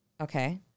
Okay